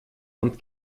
hand